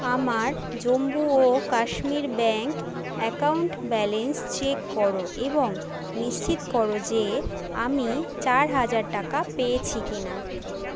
আমার জম্মু ও Kashmir bank account balance check করো এবং নিশ্চিত করো যে আমি চার হাজার টাকা পেয়েছি কিনা